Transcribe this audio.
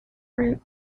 san